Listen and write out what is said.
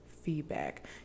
Feedback